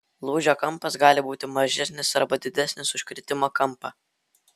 lūžio kampas gali būti mažesnis arba didesnis už kritimo kampą